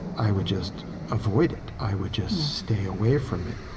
i would just avoid it. i would just stay away from it.